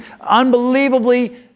unbelievably